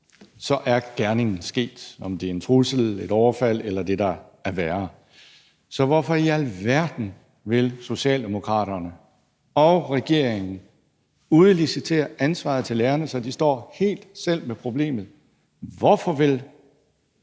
er gerningen sket – om det er en trussel, et overfald eller det, der er værre. Så hvorfor i alverden vil Socialdemokraterne og regeringen udlicitere ansvaret til lærerne, så de står med problemet helt selv? Hvorfor vil Socialdemokraterne